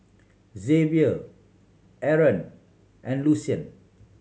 Xavier Aron and Lucien